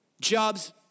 jobs